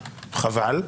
וחבל.